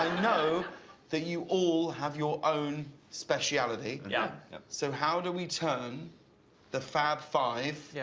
and you know that you all have your own speciality yeah yeah so how do we turn the fab five yeah